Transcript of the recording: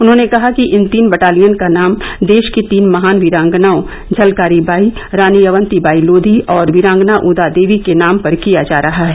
उन्होंने कहा कि इन तीन बटालियन का नाम देश की तीन महान वीरांगनाओं झलकारी बाई रानी अवंतीबाई लोघी और वीरांगना उदा देवी के नाम पर किया जा रहा है